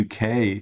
uk